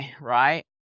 right